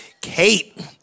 Kate